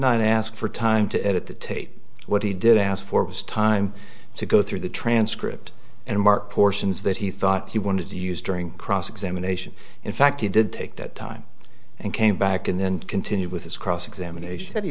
not ask for time to edit the tape what he didn't ask for was time to go through the transcript and mark portions that he thought he wanted to use during cross examination in fact he did take that time and came back and then continued with his cross examination that he